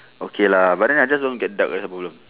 okay lah but then I just don't get dark that's the problem